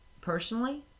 Personally